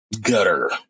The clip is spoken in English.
gutter